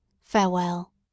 farewell